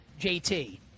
JT